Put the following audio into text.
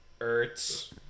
Ertz